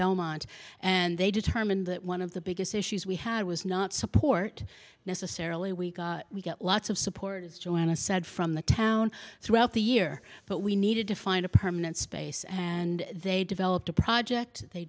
belmont and they determined that one of the biggest issues we had was not support necessarily we we got lots of supporters joanna said from the town throughout the year but we needed to find a permanent space and they developed a project they